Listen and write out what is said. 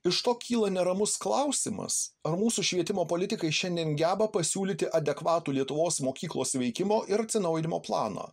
iš to kyla neramus klausimas ar mūsų švietimo politikai šiandien geba pasiūlyti adekvatų lietuvos mokyklos veikimo ir atsinaujinimo planą